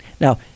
Now